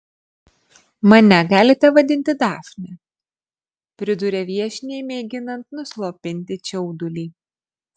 mane galite vadinti dafne priduria viešniai mėginant nuslopinti čiaudulį